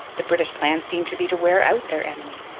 the british plan seemed to be to wear out their enemy.